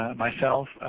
myself,